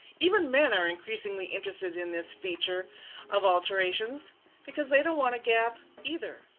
even men are increasingly interested in this feature of alterations because they don't want to gap either.